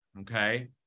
okay